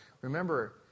Remember